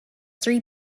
three